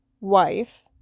wife